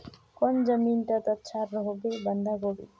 कौन जमीन टत अच्छा रोहबे बंधाकोबी?